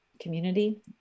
community